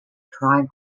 crime